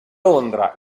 londra